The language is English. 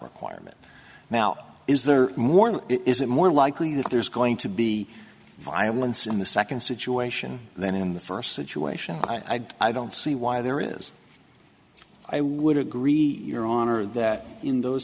requirement now is there more is it more likely that there's going to be violence in the second situation than in the first situation i don't see why there is i would agree your honor that in those